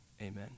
Amen